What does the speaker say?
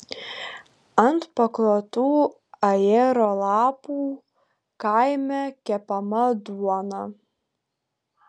ant paklotų ajero lapų kaime kepama duona